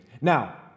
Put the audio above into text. Now